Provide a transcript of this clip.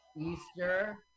Easter